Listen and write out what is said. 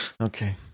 okay